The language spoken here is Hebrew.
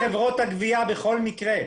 הגבייה בכל מקרה.